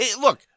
look